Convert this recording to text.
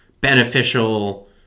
beneficial